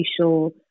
sure